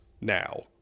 now